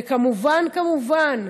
וכמובן כמובן,